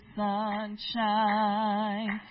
sunshine